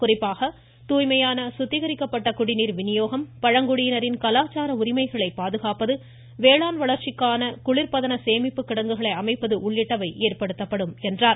குறிப்பாக தூய்மையான சுத்திகரிக்கப்பட்ட குடிநீர் வினியோகம் பழங்குடியினரின் கலாச்சார உரிமைகளை பாதுகாப்பது வேளாண் வளர்ச்சிக்காக குளிர்பதன சேமிப்பு கிடங்குகளை அமைப்பது உள்ளிட்டவை ஏற்படுத்தப்படும் என்றார்